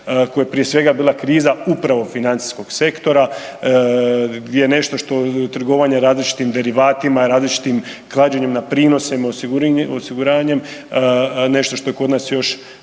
koja je prije svega bila kriza upravo financijskog sektora gdje nešto što trgovanje različitim derivatima, različitim klađenjem na prinose, osiguranjem, nešto što kod nas tek